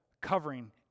covering